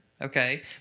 Okay